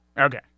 Okay